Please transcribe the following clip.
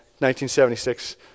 1976